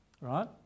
right